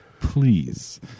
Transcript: please